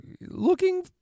looking